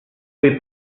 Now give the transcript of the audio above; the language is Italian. poi